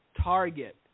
target